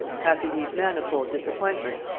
after these manifold disappointments,